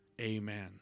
Amen